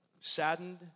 Saddened